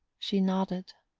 she nodded.